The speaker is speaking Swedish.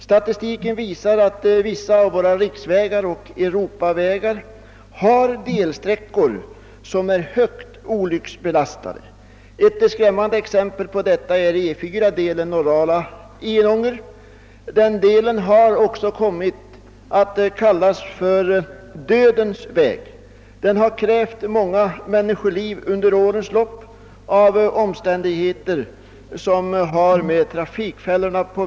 Statistiken visar att somliga av våra riksvägar och Europavägar har delsträckor som är mycket olycksbelastade. Ett skrämmande exempel härpå är E 4 på sträckan Norrala—Enånger. Den delen har också kommit att kallas »Dödens väg». Den har under årens lopp krävt många människoliv till följd av sina trafikfällor.